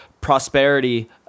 prosperity